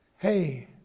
hey